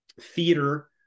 theater